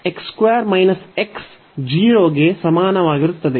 x 0 ಗೆ ಸಮಾನವಾಗಿರುತ್ತದೆ